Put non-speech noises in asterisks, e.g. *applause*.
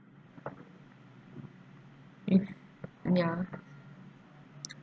*noise* if ya *noise*